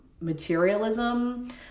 Materialism